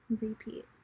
repeat